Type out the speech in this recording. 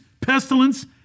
pestilence